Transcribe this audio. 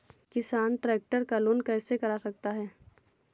किसान ट्रैक्टर का लोन कैसे करा सकता है?